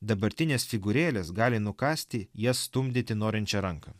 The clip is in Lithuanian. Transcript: dabartinės figūrėlės gali nukąsti jas stumdyti norinčią ranką